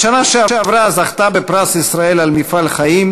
בשנה שעברה זכתה בפרס ישראל על מפעל חיים,